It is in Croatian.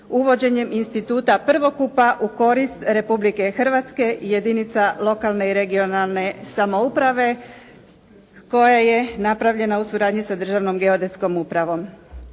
uvođenjem instituta prvokupa u korist Republike Hrvatske jedinica lokalne i regionalne samouprave koja je napravljena u suradnji sa Državnom geodetskom upravom.